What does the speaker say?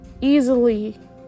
easily